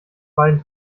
beiden